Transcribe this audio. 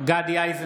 (קורא בשמות חברי הכנסת) גדי איזנקוט,